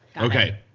Okay